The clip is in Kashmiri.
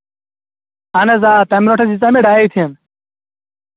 اَہن حظ آ تَمہِ برٛونٹھ حظ دِژے مےٚ ڈایِتھِن